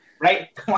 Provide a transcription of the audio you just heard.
right